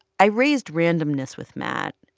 i raised randomness with matt.